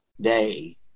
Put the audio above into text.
day